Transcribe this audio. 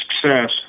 success